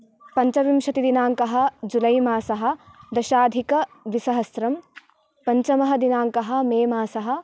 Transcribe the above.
पञ्चविंशतिदिनाङ्कः जुलै मासः दशाधिकद्विसहस्रं पञ्चमदिनाङ्कः मे मासः